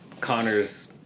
Connor's